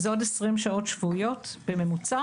זה עוד 20 שעות שבועיות בממוצע.